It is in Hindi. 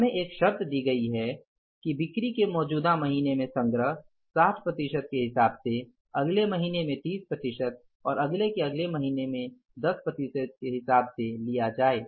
हमें एक शर्त दी गई है कि बिक्री के मौजूदा महीने में संग्रह 60 प्रतिशत के हिसाब से और अगले महीने में 30 प्रतिशत और अगले के अगले महीने में 10 प्रतिशत के हिसाब से लिया जाए